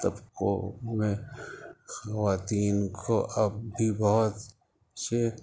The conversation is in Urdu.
طبقوں میں خواتین کو اب بھی بہت سے